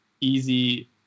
easy